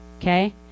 Okay